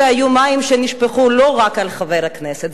המים נשפכו לא רק על חבר הכנסת,